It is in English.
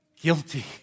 guilty